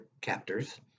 captors